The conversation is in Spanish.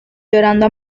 llorando